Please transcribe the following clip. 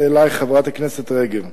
חברת הכנסת רגב.